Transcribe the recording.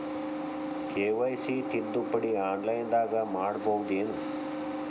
KYC ತಿದ್ದುಪಡಿ ಆನ್ಲೈನದಾಗ್ ಮಾಡ್ಬಹುದೇನು?